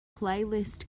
playlist